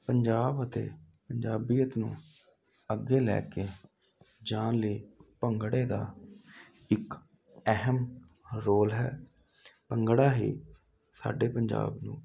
ਪੰਜਾਬ ਅਤੇ ਪੰਜਾਬੀਅਤ ਨੂੰ ਅੱਗੇ ਲੈ ਕੇ ਜਾਣ ਲਈ ਭੰਗੜੇ ਦਾ ਇੱਕ ਅਹਿਮ ਰੋਲ ਹੈ ਭੰਗੜਾ ਹੀ ਸਾਡੇ ਪੰਜਾਬ ਨੂੰ